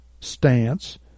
stance